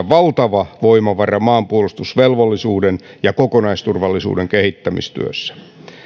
valtava voimavara maanpuolustusvelvollisuuden ja kokonaisturvallisuuden kehittämistyössä